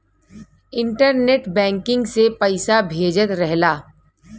internet banking से पइसा भेजत रहला